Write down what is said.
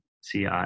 See